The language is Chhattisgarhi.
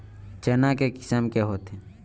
चना के किसम के होथे?